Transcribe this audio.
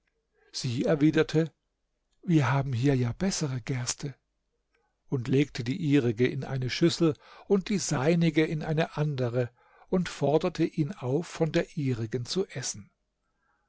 sie erwiderte wir haben ja hier bessere gerste und legte die ihrige in eine schüssel und die seinige in eine andere und forderte ihn auf von der ihrigen zu essen